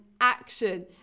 action